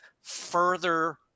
further